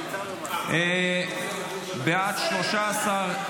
בעד, 13,